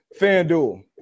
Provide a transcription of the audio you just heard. FanDuel